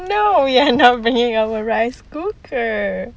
no we're not bringing our rice cooker